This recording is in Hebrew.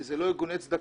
כי אלה לא ארגוני צדקה,